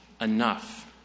enough